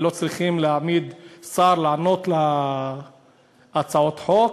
ולא צריכים להעמיד שר לענות על הצעות חוק,